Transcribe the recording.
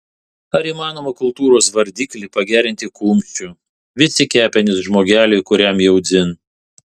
ar įmanoma kultūros vardiklį pagerinti kumščiu vis į kepenis žmogeliui kuriam jau dzin